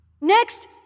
Next